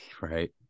Right